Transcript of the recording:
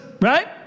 right